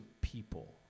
people